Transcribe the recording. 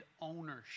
ownership